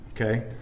Okay